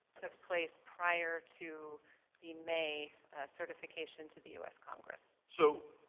took place prior to the may certification to the u s. congress. so,